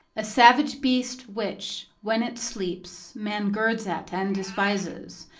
a savage beast which, when it sleeps, man girds at and despises,